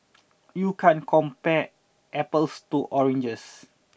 you can't compare apples to oranges